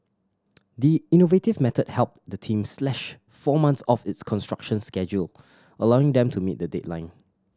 the innovative method helped the team slash four months off its construction schedule allowing them to meet the deadline